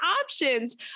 options